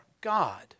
God